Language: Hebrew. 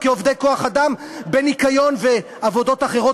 כעובדי כוח-אדם בניקיון ובעבודות אחרות,